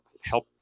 help